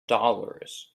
dollars